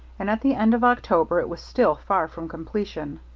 and at the end of october it was still far from completion.